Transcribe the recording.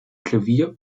klavier